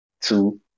two